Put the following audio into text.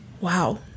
Wow